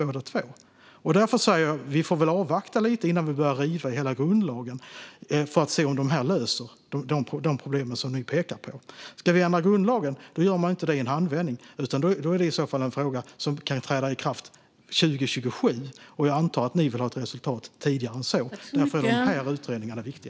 Vi får se om dessa utredningar löser de problem ni pekar på, och därför säger jag att vi får avvakta lite innan vi börjar riva i hela grundlagen. Grundlagen ändrar man inte i handvändning. Det är i så fall en ändring som kan träda i kraft 2027. Jag antar att ni vill ha ett resultat tidigare än så, och därför är de här utredningarna viktiga.